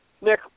Nick